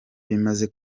bimaze